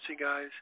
guys